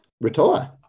retire